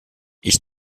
ich